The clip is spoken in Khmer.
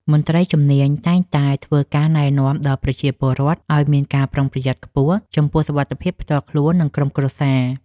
មន្ត្រីជំនាញតែងតែធ្វើការណែនាំដល់ប្រជាពលរដ្ឋឱ្យមានការប្រុងប្រយ័ត្នខ្ពស់ចំពោះសុវត្ថិភាពផ្ទាល់ខ្លួន និងក្រុមគ្រួសារ។